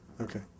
Okay